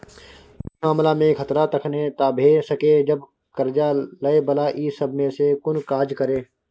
ई मामला में खतरा तखने टा भेय सकेए जब कर्जा लै बला ई सब में से कुनु काज करे